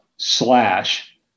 slash